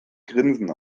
grinsen